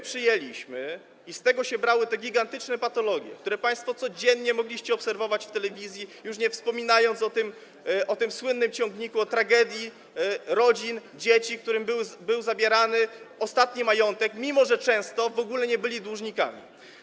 Przyjęliśmy, i z tego się brały te gigantyczne patologie, które państwo codziennie mogliście obserwować w telewizji, nie wspominając o słynnym ciągniku, o tragedii rodzin, dzieci, którym był zabierany ostatni majątek, mimo że często w ogóle nie byli dłużnikami.